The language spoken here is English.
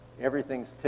Everything's